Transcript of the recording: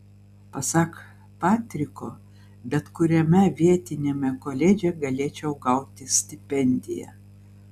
pasak patriko bet kuriame vietiniame koledže galėčiau gauti stipendiją